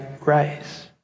race